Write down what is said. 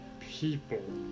people